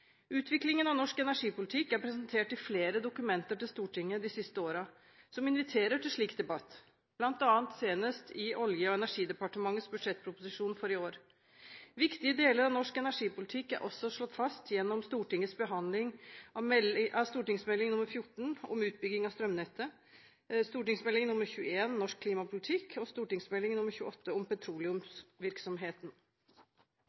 Utviklingen av norsk energipolitikk er blitt presentert i flere dokumenter til Stortinget de siste årene og har invitert til slik debatt, bl.a. senest i Olje- og energidepartementets budsjettproposisjon for i år. Viktige deler av norsk energipolitikk er også slått fast gjennom Stortingets behandling av Meld. St. 14 for 2011–2012 om utbygging av strømnettet, Meld. St. 21 for 2011–2012 Norsk klimapolitikk og Meld. St. 28 for 2010–2011 om